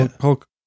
Hulk